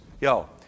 yo